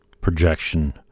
projection